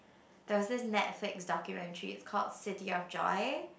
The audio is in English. there was this Netflix documentary it's called City of Joy